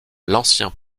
l’ancien